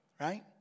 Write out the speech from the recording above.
Right